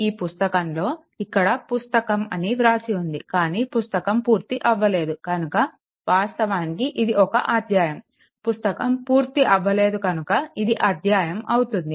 ఈ పుస్తకంలో ఇక్కడ పుస్తకం అని వ్రాసి ఉంది కానీ పుస్తకం పూర్తి అవ్వలేదు కనుక వాస్తవానికి ఇది ఒక అధ్యాయం పుస్తకం పూర్తి అవ్వలేదు కనుక ఇది అధ్యాయం అవుతుంది